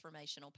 transformational